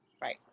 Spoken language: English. Right